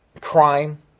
Crime